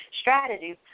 strategies